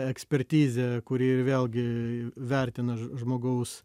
ekspertizė kuri vėlgi vertina žmogaus